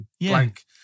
blank